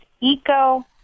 eco